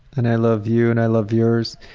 and i love you and i love yours.